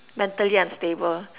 mentally unstable